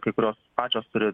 kai kurios pačios turi